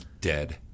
Dead